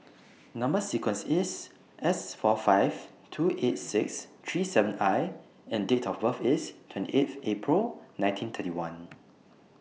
Number sequence IS S four five two eight six three seven I and Date of birth IS twenty eighth April nineteen thirty one